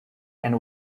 and